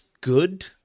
good